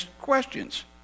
questions